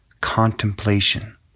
contemplation